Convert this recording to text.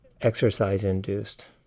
exercise-induced